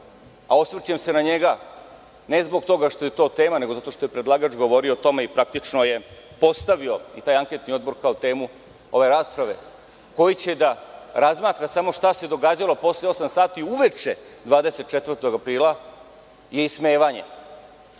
a osvrćem se na njega, ne zbog toga što je to tema, nego što je predlagač govorio o tome i praktično je postavio i taj anketni odbor kao temu ove rasprave, koji će da razmatra samo šta se događalo posle osam sati uveče 24. aprila, je ismevanje